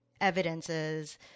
evidences